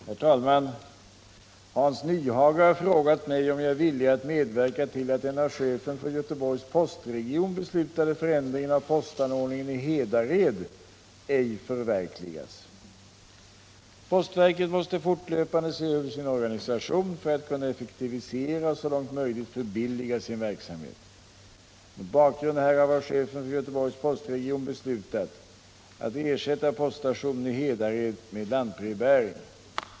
Herr talman! Hans Nyhage har frågat mig om jag är villig att medverka till att den av chefen för Göteborgs postregion beslutade förändringen av postanordningen i Hedared ej förverkligas. Postverket måste fortlöpande se över sin organisation för att kunna = Nr 24 effektivera och så långt möjligt förbilliga sin verksamhet. Mot bakgrund Torsdagen den härav har chefen för Göteborgs postregion beslutat att ersätta poststa 10 november 1977 tionen i Hedared med lantbrevbäring.